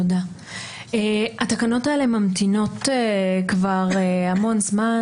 התקנות האלה ממתינות כבר הרבה זמן.